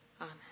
Amen